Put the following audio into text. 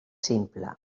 simple